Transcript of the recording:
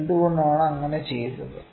എന്തുകൊണ്ടാണ് അങ്ങനെ ചെയ്തത്